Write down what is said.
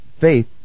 Faith